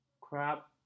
crap